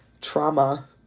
trauma